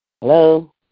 Hello